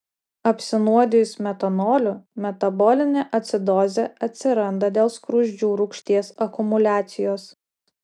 apsinuodijus metanoliu metabolinė acidozė atsiranda dėl skruzdžių rūgšties akumuliacijos